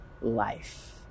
life